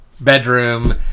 bedroom